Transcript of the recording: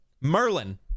Merlin